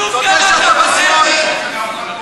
עצוב כמה שאתה פתטי.